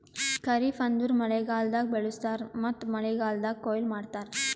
ಖರಿಫ್ ಅಂದುರ್ ಮಳೆಗಾಲ್ದಾಗ್ ಬೆಳುಸ್ತಾರ್ ಮತ್ತ ಮಳೆಗಾಲ್ದಾಗ್ ಕೊಯ್ಲಿ ಮಾಡ್ತಾರ್